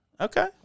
Okay